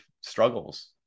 struggles